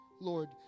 Lord